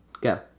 go